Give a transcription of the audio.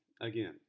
Again